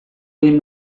egin